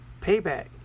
payback